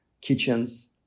kitchens